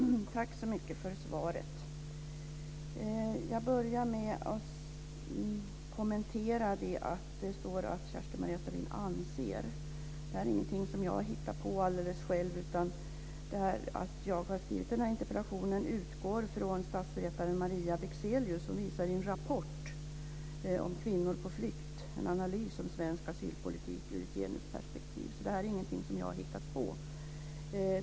Fru talman! Tack så mycket för svaret! Jag börjar med att kommentera att det står att "Kerstin-Maria Stalin anser". Det här är ingenting som jag har hittat på alldeles själv. Det som jag har skrivit i den här interpellationen utgår från det som statsvetaren Maria Bexelius visar i en rapport om kvinnor på flykt, en analys om svensk asylpolitik ur ett genusperspektiv. Så det här är ingenting som jag har hittat på.